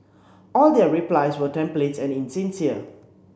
all their replies were templates and insincere